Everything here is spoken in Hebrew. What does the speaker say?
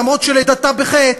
למרות שלידתה בחטא,